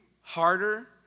harder